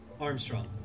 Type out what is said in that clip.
Armstrong